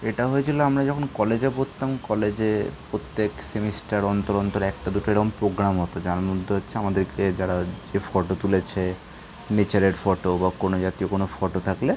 এটা হয়েছিল আমরা যখন কলেজে পড়তাম কলেজে প্রত্যেক সেমিস্টার অন্তর অন্তর একটা দুটো এরকম প্রোগ্রাম হতো যার মধ্যে হচ্ছে আমাদেরকে যারা যে ফটো তুলেছে নেচারের ফটো বা কোনও জাতীয় কোনও ফটো থাকলে